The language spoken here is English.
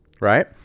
right